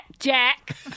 Jack